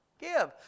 Give